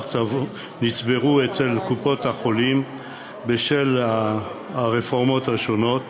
נצברו אצל קופות-החולים בשל הרפורמות השונות,